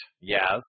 Yes